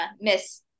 miss